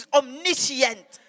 omniscient